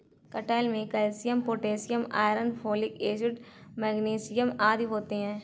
कटहल में calcium potassium iron folic acid magnesium आदि होते हैं